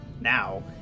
now